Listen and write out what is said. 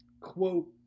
quote